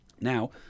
Now